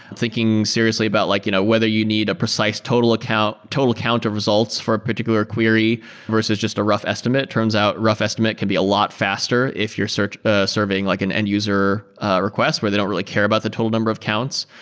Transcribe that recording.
thinking seriously about like you know whether you need a precise total account, total count of results for a particular query versus just a rough estimate. it turns out rough estimate estimate could be a lot faster if you're sort of surveying like an end-user request where they don't really care about the total number of counts.